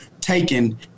taken